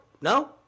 No